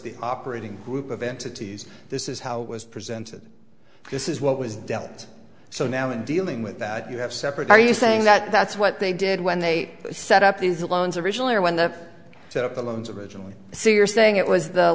the operating group of entities this is how it was presented this is what was dealt so now in dealing with that you have separate are you saying that that's what they did when they set up these loans originally when the took the loans originally so you're saying it was the